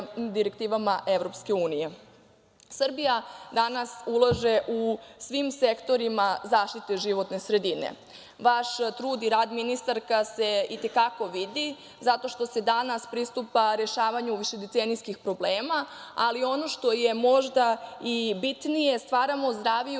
direktivama EU.Srbija danas ulaže u svim sektorima zaštite životne sredine. Vaš trud i rad, ministarka, se itekako vidi, zato što se danas pristupa rešavanju višedecenijskih problema, ali ono što je možda i bitnije, stvaramo zdraviju